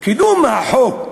קידום חוק